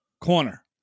corner